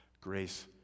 Grace